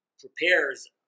prepares